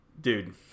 dude